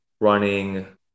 running